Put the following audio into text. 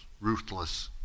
ruthless